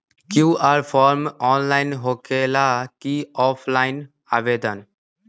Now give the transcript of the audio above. QR form online होकेला कि offline आवेदन?